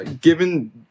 given